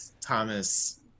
Thomas